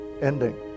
ending